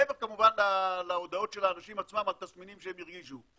מעבר כמובן להודעות של האנשים עצמם על תסמינים שהם הרגישו.